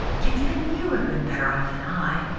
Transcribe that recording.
yet even you have been better off than i.